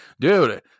dude